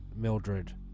Mildred